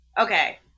Okay